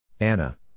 Anna